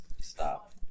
Stop